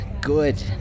good